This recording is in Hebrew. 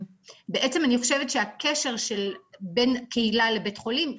בעצם אני חושבת שהקשר של בין הקהילה לבית החולים,